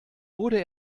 wurde